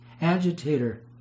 agitator